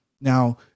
Now